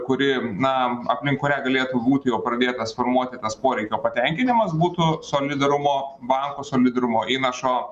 kuri na aplink kurią galėtų būti jau pradėtas formuoti tas poreikio patenkinimas būtų solidarumo banko solidarumo įnašo